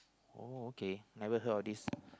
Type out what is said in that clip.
oh okay never heard of this